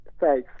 Thanks